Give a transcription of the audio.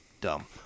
dumb